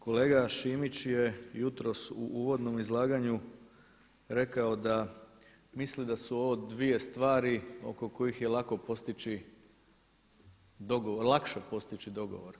Kolega Šimić je jutros u uvodnom izlaganju rekao da misli da su ovo dvije stvari oko kojih je lako postići, lakše postići dogovor.